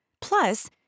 Plus